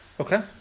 Okay